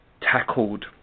tackled